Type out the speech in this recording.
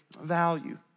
value